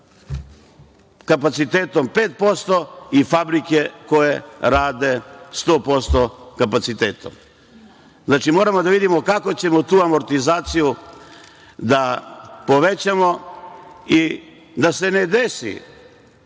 kapacitetom 5% i fabrike koje rade 100% kapacitetom. Znači, moramo da vidimo kako ćemo tu amortizaciju da povećamo i da se ne desi,